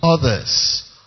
others